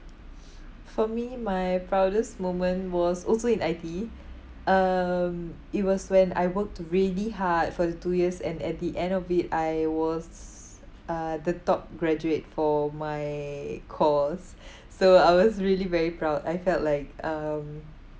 f~ for me my proudest moment was also in I_T_E um it was when I worked really hard for the two years and at the end of it I was uh the top graduate for my course so I was really very proud I felt like um